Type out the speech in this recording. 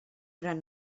gran